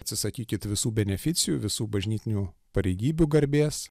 atsisakykit visų beneficijų visų bažnytinių pareigybių garbės